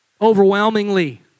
Overwhelmingly